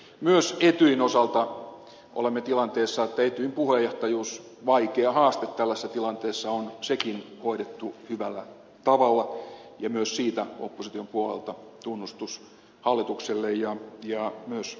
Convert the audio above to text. myös etyjin osalta olemme tilanteessa että etyjin puheenjohtajuus vaikea haaste tällaisessa tilanteessa on sekin hoidettu hyvällä tavalla ja myös siitä opposition puolelta tunnustus hallitukselle ja myös ulkoministerille